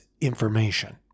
information